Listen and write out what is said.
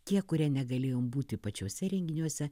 tie kurie negalėjom būti pačiuose renginiuose